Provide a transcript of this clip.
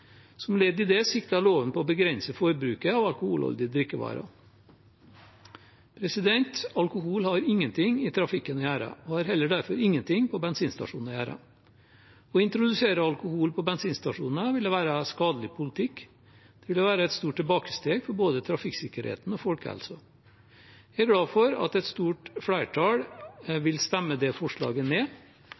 Som ledd i det sikter loven på å begrense forbruket av alkoholholdige drikkevarer. Alkohol har ingenting i trafikken å gjøre, og har derfor heller ingenting på bensinstasjoner å gjøre. Å introdusere alkohol på bensinstasjoner ville være skadelig politikk. Det ville være et stort tilbakesteg for både trafikksikkerheten og folkehelsen. Jeg er glad for at et stort flertall vil stemme det forslaget ned.